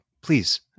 please